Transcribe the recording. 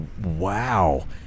Wow